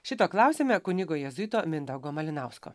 šito klausiame kunigo jėzuito mindaugo malinausko